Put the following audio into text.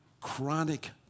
chronic